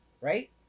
right